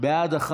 (תיקון מס'